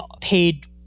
paid